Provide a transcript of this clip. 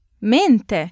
Mente